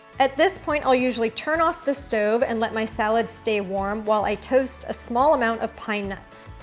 at this point i'll usually turn off the stove and let my salad stay warm while i toast a small amount of pine nuts.